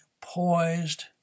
poised